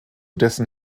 dessen